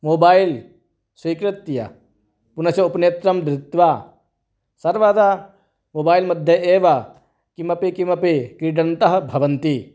mobile स्वीकृत्य पुनश्च उपनेत्रं धृत्वा सर्वदा मोबैल्मध्ये एव किमपि किमपि क्रीडन्तः भवन्ति